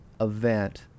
event